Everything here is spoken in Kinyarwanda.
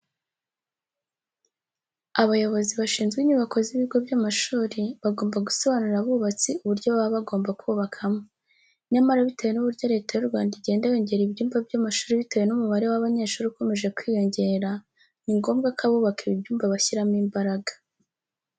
Abayobozi bashinzwe inyubako z'ibigo by'amashuri bagomba gusobanurira abubatsi uburyo baba bagomba kubakamo. Nyamara bitewe n'uburyo Leta y'u Rwanda igenda yongera ibyumba by'amashuri bitewe n'umubare w'abanyeshuri ukomeje kwiyongera, ni ngombwa ko abubaka ibi byumba bashyiramo imbaraga.